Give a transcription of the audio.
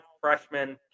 freshman